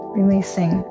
releasing